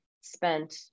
spent